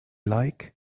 like